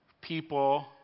people